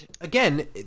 again